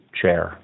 chair